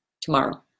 tomorrow